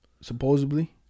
Supposedly